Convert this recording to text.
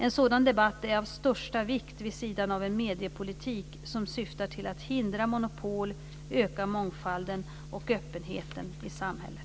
En sådan debatt är av största vikt vid sidan av en mediepolitik som syftar till att hindra monopol, öka mångfalden och öppenheten i samhället.